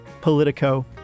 Politico